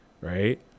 right